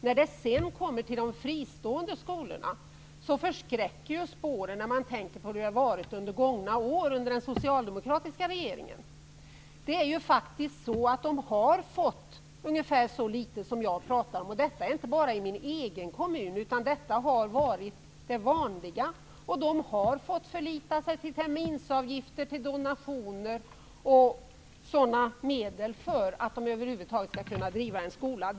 När det gäller de fristående skolorna förskräcker spåren från tiden med den socialdemokratiska regeringen. De fristående skolorna har faktiskt fått ungefär så litet som jag har sagt. Detta gäller inte bara min kommun. Det är det vanliga. På dessa skolor har man fått förlita sig till terminsavgifter, donationer m.m. för att över huvud taget kunna driva sina skolor.